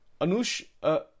anush